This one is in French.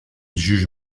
juge